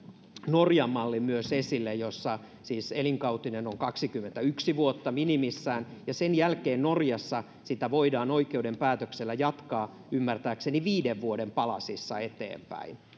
norjan mallin jossa siis elinkautinen on kaksikymmentäyksi vuotta minimissään ja sen jälkeen sitä voidaan oikeuden päätöksellä jatkaa ymmärtääkseni viiden vuoden palasissa eteenpäin